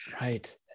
Right